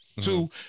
Two